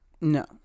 No